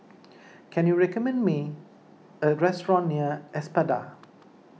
can you recommend me a restaurant near Espada